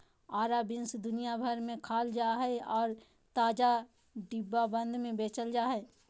हरा बीन्स दुनिया भर में खाल जा हइ और ताजा, डिब्बाबंद में बेचल जा हइ